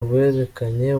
rwerekanye